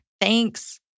Thanks